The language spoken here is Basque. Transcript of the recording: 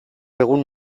egun